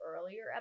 earlier